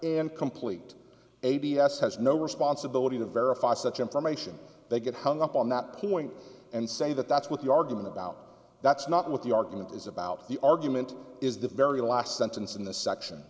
and complete a b s has no responsibility to verify such information they get hung up on that point and say that that's what the argument about that's not what the argument is about the argument is the very last sentence in the section